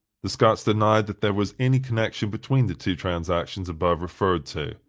the scots denied that there was any connection between the two transactions above referred to.